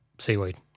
Seaweed